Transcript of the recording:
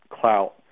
clout